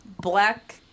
Black